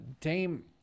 Dame